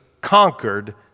conquered